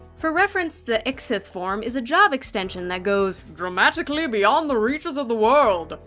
for reference, the xth form is a job extension that goes dramatically beyond the reaches of the world!